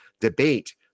debate